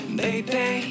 baby